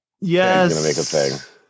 Yes